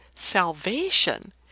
salvation